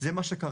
זה מה שקרה,